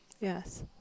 Yes